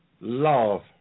love